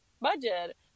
budget